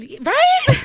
Right